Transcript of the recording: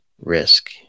risk